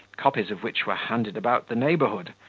copies of which were handed about the neighbourhood,